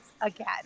again